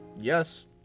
Yes